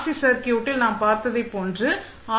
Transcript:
C சர்க்யூட்டில் நாம் பார்த்ததைப் போன்று ஆர்